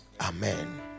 Amen